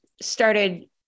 started